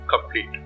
complete